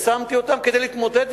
שמתי אותם כדי להתמודד,